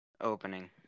opening